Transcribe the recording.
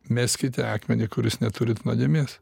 meskite akmenį kuris neturit nuodėmės